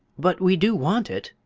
but we do want it!